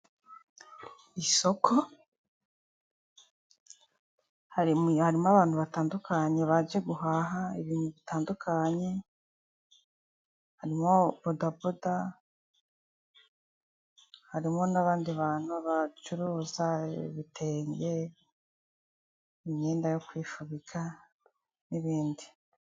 Isoko harimo abantu batandukanye bajya guhaha ibintu bitandukanye harimo, bodaboda. Harimo n'abandi bantu bacuruza ibitenge, imyenda yo kwifubika n'ibindi.